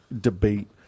debate